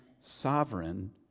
sovereign